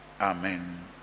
Amen